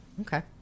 okay